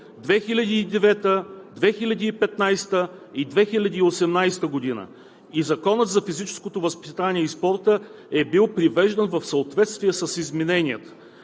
2009 г., 2015 г. и 2018 г., и Законът за физическото възпитание и спорта е бил привеждан в съответствие с измененията.